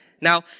Now